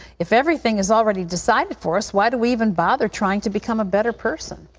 if everything is already decided for us, why do we even bother trying to become a better person?